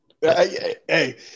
hey